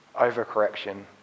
overcorrection